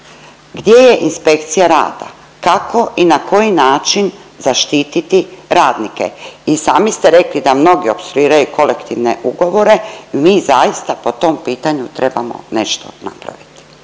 Gdje je inspekcija rada, kako i na koji način zaštititi radnike. I sami ste rekli da mnogi opstruiraju kolektivne ugovore. Mi zaista po tom pitanju trebamo nešto napraviti.